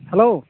hello